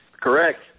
Correct